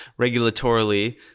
regulatorily